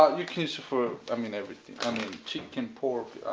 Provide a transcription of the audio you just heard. but you can use it for i mean everything um ah chicken, pork,